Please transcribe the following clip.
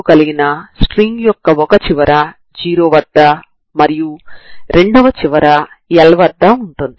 ఈ సమీకరణానికి కుడి చేతి వైపు ఉన్న hxt ఫోర్స్ ని సూచిస్తుంది మరియు అది నాన్ జీరో అవుతుంది